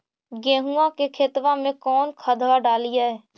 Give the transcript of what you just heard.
गेहुआ के खेतवा में कौन खदबा डालिए?